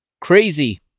crazy